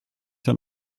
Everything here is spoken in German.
dann